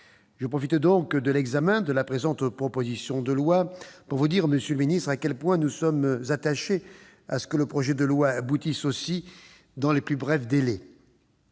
Je profite donc de l'examen de la présente proposition de loi pour vous dire, monsieur le ministre, à quel point nous sommes attachés à ce que ce projet de loi aboutisse aussi dans les plus brefs délais.